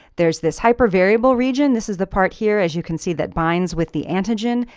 there's this hyper variable region, this is the part here as you can see that binds with the antigen.